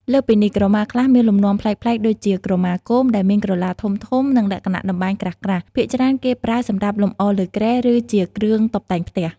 លើសពីនេះ ក្រមាខ្លះមានលំនាំប្លែកៗដូចជា ក្រមាគោម ដែលមានក្រឡាធំៗ និងលក្ខណៈតម្បាញក្រាស់ៗ ភាគច្រើនគេប្រើសម្រាប់លម្អលើគ្រែ ឬជាគ្រឿងតុបតែងផ្ទះ។